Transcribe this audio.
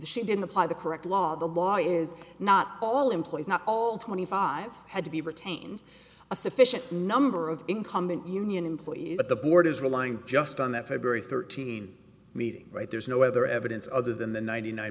she didn't apply the correct law the law is not all employees not all twenty five had to be retained a sufficient number of incumbent union employees the board is relying just on that february thirteenth meeting right there's no other evidence other than the ninety nine